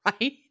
Right